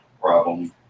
problem